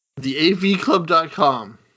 TheAVClub.com